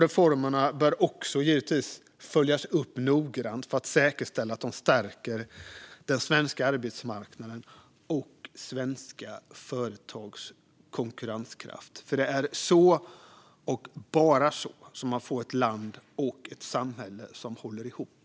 Reformerna bör också givetvis följas upp noggrant för att säkerställa att de stärker den svenska arbetsmarknaden och svenska företags konkurrenskraft. Det är så, och bara så, man får ett land och ett samhälle som håller ihop.